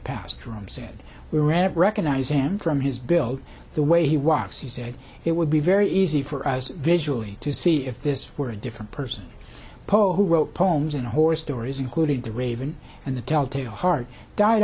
past room said we were at recognize him from his build the way he wants he said it would be very easy for us visually to see if this were a different person poet who wrote poems in horror stories including the raven and the telltale heart died